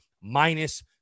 minus